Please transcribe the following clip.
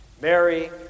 Mary